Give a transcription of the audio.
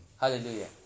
Hallelujah